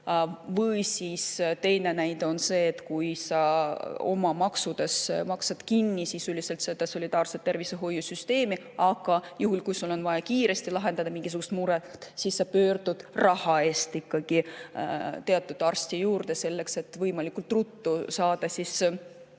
Või siis teine näide on see, et kui sa oma maksudest maksad sisuliselt kinni selle solidaarse tervishoiusüsteem, aga juhul, kui sul on vaja kiiresti lahendada mingisugust muret, siis sa pöördud ikka raha eest ikkagi teatud arsti juurde, et võimalikult ruttu saada oma